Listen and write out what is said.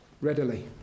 readily